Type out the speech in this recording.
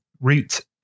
root